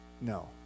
no